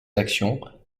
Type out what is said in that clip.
actions